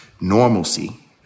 normalcy